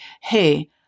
hey